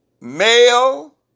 male